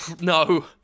No